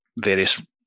various